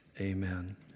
Amen